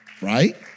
Right